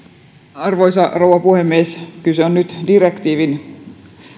arvoisa rouva puhemies kyse on nyt direktiivin